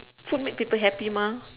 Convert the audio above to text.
food make people happy mah